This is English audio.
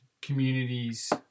communities